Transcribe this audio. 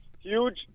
Huge